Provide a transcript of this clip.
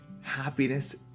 happiness